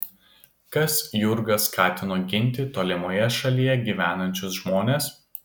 kas jurgą skatino ginti tolimoje šalyje gyvenančius žmones